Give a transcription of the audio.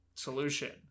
Solution